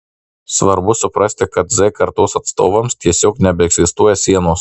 svarbu suprasti kad z kartos atstovams tiesiog nebeegzistuoja sienos